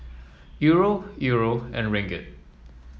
Euro Euro and Ringgit